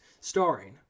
starring